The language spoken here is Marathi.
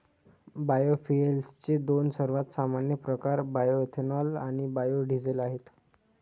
बायोफ्युएल्सचे दोन सर्वात सामान्य प्रकार बायोएथेनॉल आणि बायो डीझेल आहेत